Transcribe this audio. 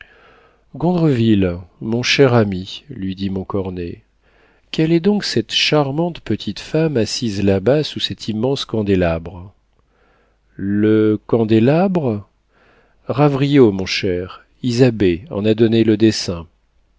gondreville mon cher ami lui dit montcornet quelle est donc cette charmante petite femme assise là-bas sous cet immense candélabre le candélabre ravrio mon cher isabey en a donné le dessin